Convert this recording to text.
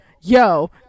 yo